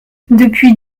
depuis